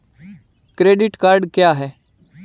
Credit card क्या है?